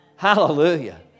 Hallelujah